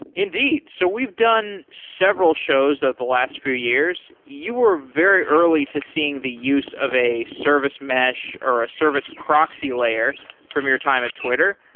indeed! so we've done several shows over the last few years. you were very early to seeing the use of a service mesh or a service proxy layer from your time at twitter.